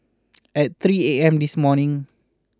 at three A M this morning